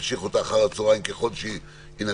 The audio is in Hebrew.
נמשיך אותה אחר הצוהריים ככל שיינתן